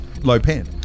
Lopin